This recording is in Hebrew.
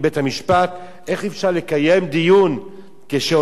הם רכשו